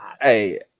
Hey